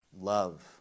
Love